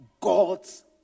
God's